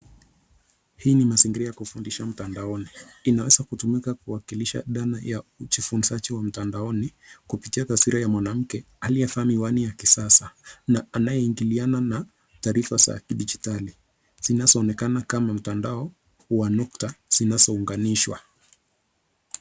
Hii ni mazingira ya kufundisha mtandaoni. Inaweza kutumika kuwakilisha dhana ya ujifunzaji wa mtandaoni, kupitia taswira ya mwanamke aliyevaa miwani ya kisasa na anayeingiliana na taarifa za kidijitali zinazoonekana kama mtandao wa nukta zinazounganishwa.